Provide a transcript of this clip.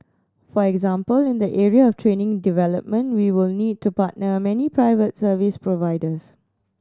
for example in the area of training development we will need to partner many private service providers